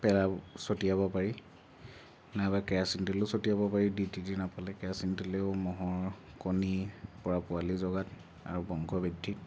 চটিয়াব পাৰি নাইবা কেৰাচিন তেলো চটিয়াব পাৰি ডি ডি টি নাপালে কেৰাচিন তেলেও ম'হৰ কণীৰ পৰা পোৱালী জেগাত আৰু বংশ বৃদ্ধিত